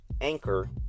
Anchor